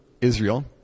Israel